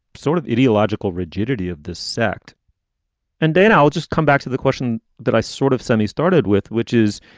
sort of ideological rigidity of this sect and then i'll just come back to the question that i sort of sunee started with, which is.